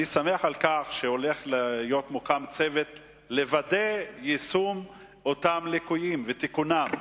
אני שמח שהולך להיות מוקם צוות לוודא יישום של אותם ליקויים ותיקונם,